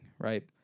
right